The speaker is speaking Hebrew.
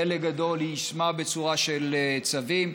חלק גדול היא יישמה בצורה של צווים,